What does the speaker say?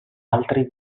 altri